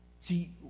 See